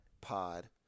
Pod